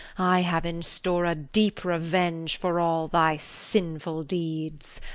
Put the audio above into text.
i have in store a deep revenge for all thy sinful deeds.